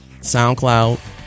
SoundCloud